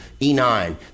E9